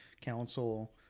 council